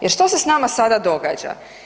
Jer što se s nama sada događa?